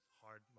hard